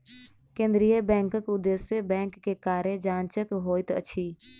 केंद्रीय बैंकक उदेश्य बैंक के कार्य जांचक होइत अछि